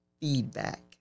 feedback